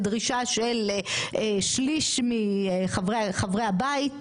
לדרישה של שליש מחברי הבית,